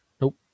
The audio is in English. Nope